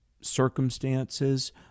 circumstances